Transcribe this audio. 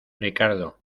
ricardo